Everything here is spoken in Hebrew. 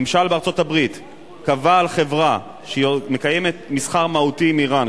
ממשל בארצות-הברית קבע על חברה שהיא מקיימת מסחר מהותי עם אירן,